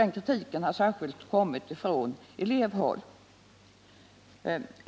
Detta förhållande har kritiserats särskilt från elevhåll.